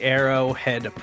Arrowhead